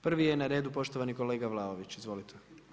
Prvi je na redu poštovani kolega Vlaović, izvolite.